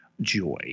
Joy